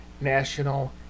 national